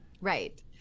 Right